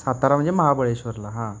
सातारा म्हणजे महाबळेश्वरला हां